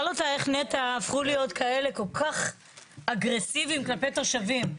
תשאל אותה איך נת"ע הפכו להיות כל כך אגרסיביים כלפי תושבים.